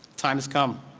time has come.